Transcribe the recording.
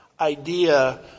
idea